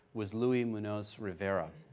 was luis munoz rivera,